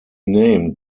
named